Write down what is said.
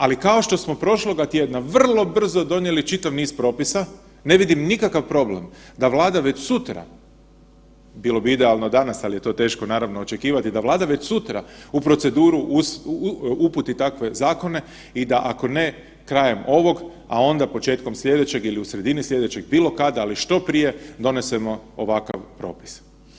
Ali kao što smo prošloga tjedna vrlo brzo donijeli čitav niz propisa, ne vidim nikakav problem da Vlada već sutra, bilo bi idealno danas, al je to teško naravno očekivati da Vlada već sutra u proceduru uputi takve zakone i da ako ne krajem ovog, a onda početkom slijedećeg ili u sredini slijedećeg, bilo kada, ali što prije donesemo ovakav propis.